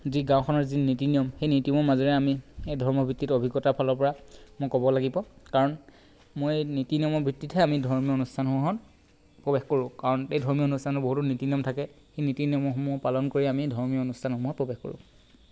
যি গাঁওখনৰ যি নীতি নিয়ম সেই নীতি নিয়মৰ মাজেৰে আমি এই ধৰ্মৰ ভিত্তিটো অভিজ্ঞতাৰ ফালৰ পৰা মই ক'ব লাগিব কাৰণ মই নীতি নিয়মৰ ভিত্তিতহে আমি ধৰ্মীয় অনুষ্ঠানসমূহত প্ৰৱেশ কৰোঁ কাৰণ এই ধৰ্মীয় অনুষ্ঠানসমূহত বহুতো নীতি নিয়ম থাকে সেই নীতি নিয়মসমূহ পালন কৰি আমি ধৰ্মীয় অনুষ্ঠানসমূহত প্ৰৱেশ কৰোঁ